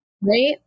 right